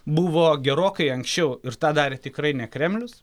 buvo gerokai anksčiau ir tą darė tikrai ne kremlius